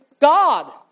God